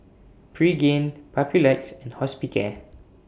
Pregain Papulex and Hospicare